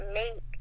make